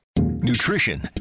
nutrition